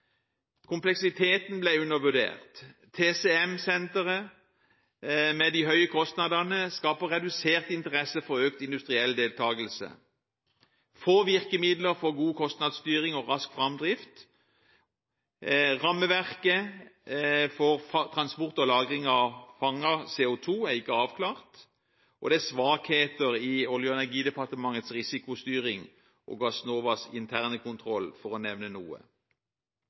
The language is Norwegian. Kompleksiteten ble undervurdert. TCM-senteret, med de høye kostnadene, skaper redusert interesse for økt industriell deltakelse. Det er få virkemidler for god kostnadsstyring og rask framdrift, rammeverket for transport og lagring av fanget CO2 er ikke avklart, og det er svakheter i Olje- og energidepartementets risikostyring og Gassnovas interne kontroll – for å nevne noe.